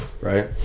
right